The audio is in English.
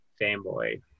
fanboy